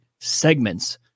segments